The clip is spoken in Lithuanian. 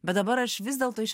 bet dabar aš vis dėlto iš